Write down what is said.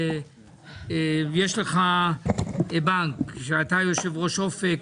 יש לך בנק ואתה יושב-ראש אופק,